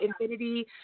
infinity